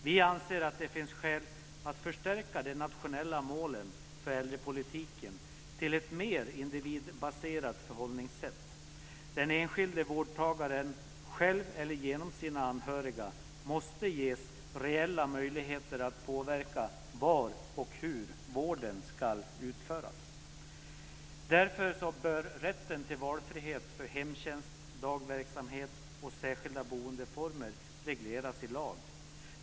Vi anser att det finns skäl att förstärka de nationella målen för äldrepolitiken till ett mer individbaserat förhållningssätt. Den enskilde vårdtagaren måste ges reella möjligheter att själv eller genom sina anhöriga påverka var och hur vården ska utföras. Därför bör rätten till valfrihet för hemtjänst, dagverksamhet och särskilda boendeformer regleras i lag.